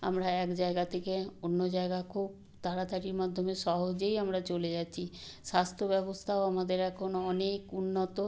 আমরা এক জায়গা থেকে অন্য জায়গা খুব তাড়াতাড়ির মাধ্যমে সহজেই আমরা চলে যাচ্ছি স্বাস্থ্য ব্যবস্থাও আমাদের এখন অনেক উন্নত